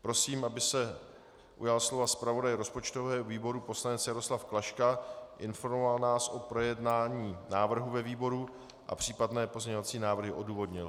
Prosím, aby se ujal slova zpravodaj rozpočtového výboru poslanec Jaroslav Klaška, informoval nás o projednání návrhu ve výboru a případné pozměňovací návrhy odůvodnil.